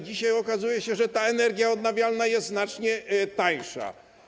Dzisiaj okazuje się, że energia odnawialna jest znacznie tańsza.